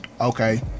Okay